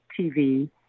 TV